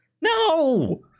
no